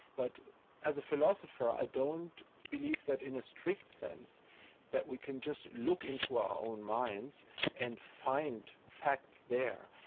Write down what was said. but as a philosopher i don't believe that in a strict sense that we can just look into our own minds and find facts there.